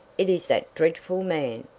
it is that dreadful man!